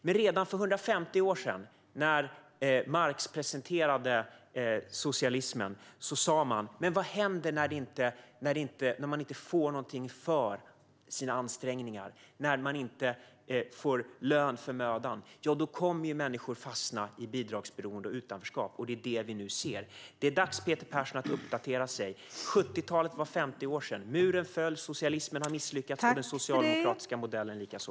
Men redan för 150 år sedan, när Marx presenterade socialismen, sa man: Men vad händer när man inte får något för sina ansträngningar och inte får lön för mödan? Ja, då kommer människor att fastna i bidragsberoende och utanförskap, och det är detta vi nu ser. Det är dags, Peter Persson, att uppdatera sig. 70-talet var 50 år sedan, muren föll och socialismen har misslyckats - och den socialdemokratiska modellen likaså.